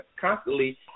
constantly